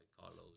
Carlos